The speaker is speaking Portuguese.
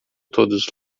todos